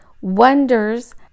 wonders